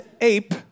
ape